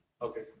Okay